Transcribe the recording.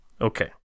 Okay